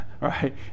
right